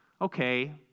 Okay